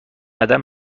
قدم